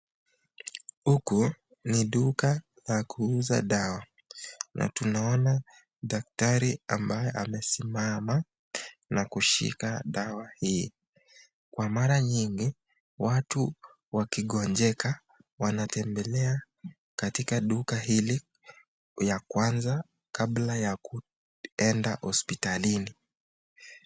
Huku ni duka ya kuuza dawa. Na tunaona daktari ambaye amesimama na kushika dawa hii. Kwa mara nyingi watu wakigonjeka wanatembelea katika duka hili ya kwanza kabla ya kuenda hospitalini.